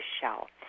shell